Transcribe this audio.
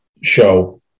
show